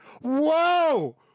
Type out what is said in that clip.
Whoa